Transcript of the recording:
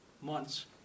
months